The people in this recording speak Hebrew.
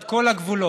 את כל הגבולות.